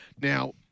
Now